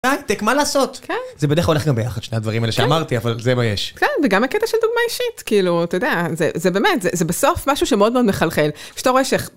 הייטק מה לעשות, זה בדרך כלל הולך גם ביחד שני הדברים האלה שאמרתי אבל זה מה יש. כן וגם הקטע של דוגמה אישית כאילו אתה יודע זה באמת זה בסוף משהו שמאוד מאוד מחלחל, שאתה רואה שאיך.